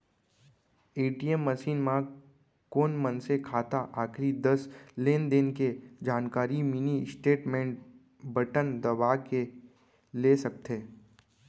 ATM machine म कोन मनसे खाता आखरी दस लेनदेन के जानकारी मिनी स्टेटमेंट बटन दबा के ले सकथे